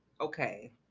okay